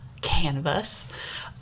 canvas